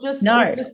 No